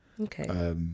Okay